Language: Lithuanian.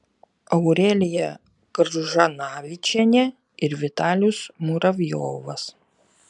aurelija kržanavičienė ir vitalijus muravjovas